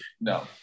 No